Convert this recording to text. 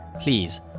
Please